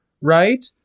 right